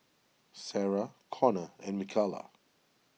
Sara Connor and Mikala